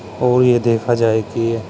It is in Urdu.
اور یہ دیکھا جائے کہ